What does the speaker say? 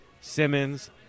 Simmons